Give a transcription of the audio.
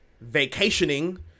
vacationing